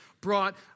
brought